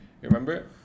remember